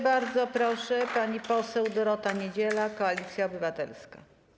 Bardzo proszę, pani poseł Dorota Niedziela, Koalicja Obywatelska.